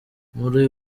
muri